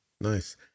nice